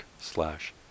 slash